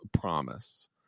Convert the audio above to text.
promise